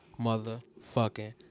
motherfucking